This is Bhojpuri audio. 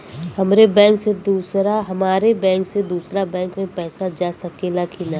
हमारे बैंक से दूसरा बैंक में पैसा जा सकेला की ना?